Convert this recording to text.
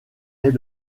est